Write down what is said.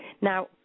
Now